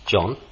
John